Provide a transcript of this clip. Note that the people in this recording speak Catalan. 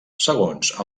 segons